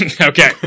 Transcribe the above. Okay